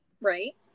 Right